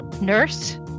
nurse